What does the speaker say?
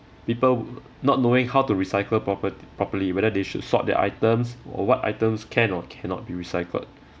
people not knowing how to recycle proper~ properly whether they should sort their items or what items can or cannot be recycled